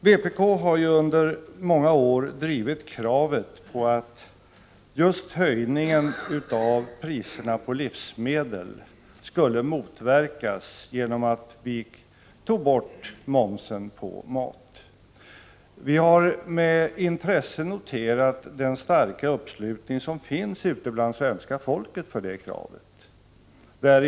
Vpk har ju under många år drivit kravet på att just höjningen av priserna på livsmedel skulle motverkas genom att man tar bort momsen på mat. Vi har med intresse noterat den starka uppslutning som finns bland svenska folket för detta krav.